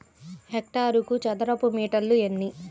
హెక్టారుకు చదరపు మీటర్లు ఎన్ని?